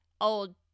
old